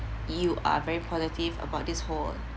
you are very positive about this whole